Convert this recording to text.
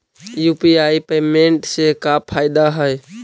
UPI payment से का फायदा है?